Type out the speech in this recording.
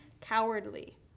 cowardly